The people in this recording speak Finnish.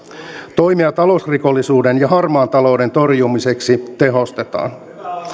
toimia talousrikollisuuden ja harmaan talouden torjumiseksi tehostetaan